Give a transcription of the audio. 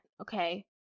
okay